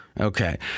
Okay